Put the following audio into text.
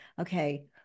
okay